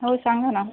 हो सांगा ना